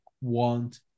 Want